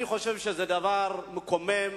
אני חושב שזה דבר מקומם.